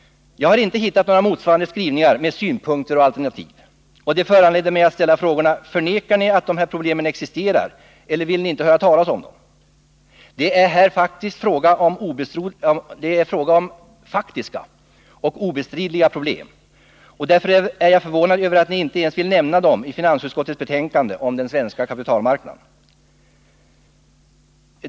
Jag har inte hittat några motsvarande skrivningar med synpunkter eller alternativ. Det föranleder mig att ställa frågorna: Förnekar ni socialdemokrater att de här problemen existerar? Eller vill ni inte höra talas om dem? Det är fråga om faktiska och obestridliga problem. Och därför är jag förvånad över att ni inte ens vill nämna dem i finansutskottets betänkande om den svenska kapitalmarknaden.